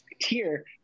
tier